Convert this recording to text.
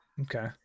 Okay